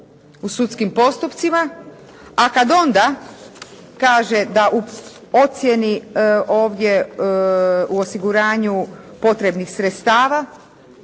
u sudskim postupcima, a kad onda kaže da u ocjeni ovdje u osiguranju potrebnih sredstava